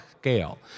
scale